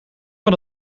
van